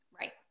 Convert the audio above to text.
Right